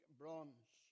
bronze